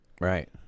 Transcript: right